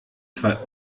zwar